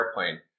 airplane